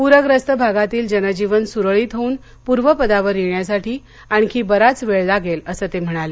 पूर्यस्त भागातील जनजीवन सुरळीत होऊन पूर्वपदावर येण्यासाठी आणखी बराच वेळ लागेल असं ते म्हणाले